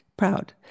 Proud